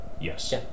Yes